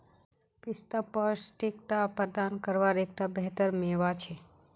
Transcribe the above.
पिस्ता पौष्टिकता प्रदान कारवार एक बेहतर मेवा छे